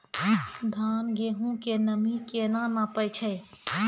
धान, गेहूँ के नमी केना नापै छै?